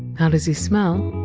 how does he smell?